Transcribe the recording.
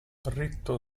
ritto